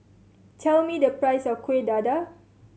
tell me the price of Kueh Dadar